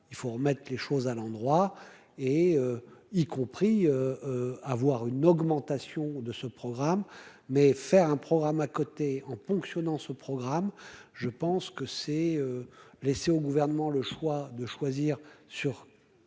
il faut remettre les choses à l'endroit et y compris avoir une augmentation de ce programme, mais faire un programme à côté, en ponctionnant ce programme, je pense que c'est laisser au gouvernement le choix de choisir sur